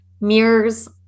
mirrors